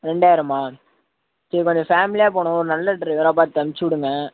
ரெண்டாயிரமா சரி கொஞ்ச ஃபேமிலியாக போகணும் நல்ல டிரைவராக பார்த்து அனுப்பிச்சிவிடுங்க